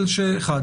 אבל אחד.